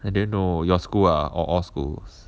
I didn't know your school ah or all schools